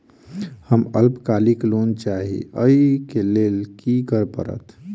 हमरा अल्पकालिक लोन चाहि अई केँ लेल की करऽ पड़त?